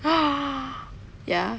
ah ya